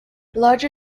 larger